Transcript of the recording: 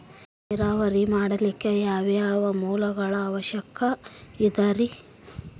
ನೇರಾವರಿ ಮಾಡಲಿಕ್ಕೆ ಯಾವ್ಯಾವ ಮೂಲಗಳ ಅವಶ್ಯಕ ಅದರಿ?